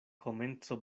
komenco